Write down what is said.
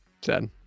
Sad